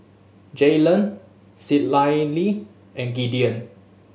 Jaylen Citlalli and Gideon